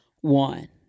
one